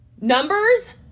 Numbers